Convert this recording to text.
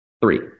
three